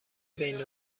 بین